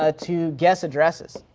ah to guess addresses.